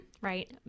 right